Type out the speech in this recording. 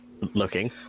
looking